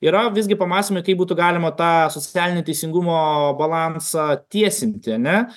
yra visgi pamąstymai kaip būtų galima tą socialinį teisingumo balansą tiesinti ane